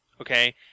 okay